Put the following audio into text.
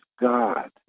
God